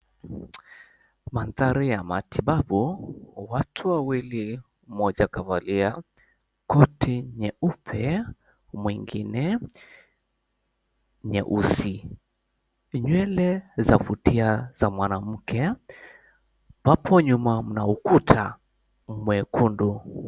Mandhari ya matibabu, watu wawili mmoja kavalia koti nyeupe mwengine nyeusi. Nywele zavutia za mwanamke, hapo nyuma mna ukuta mwekundu.